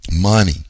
money